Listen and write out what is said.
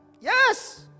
yes